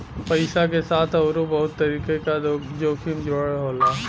पइसा के साथ आउरो बहुत तरीके क जोखिम जुड़ल होला